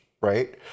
right